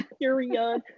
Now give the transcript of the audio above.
period